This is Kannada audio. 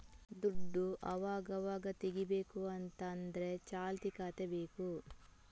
ದುಡ್ಡು ಅವಗಾವಾಗ ತೆಗೀಬೇಕು ಅಂತ ಆದ್ರೆ ಚಾಲ್ತಿ ಖಾತೆ ಬೇಕು